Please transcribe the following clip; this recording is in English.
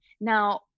Now